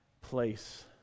place